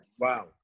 Wow